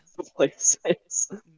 places